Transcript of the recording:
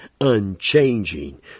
unchanging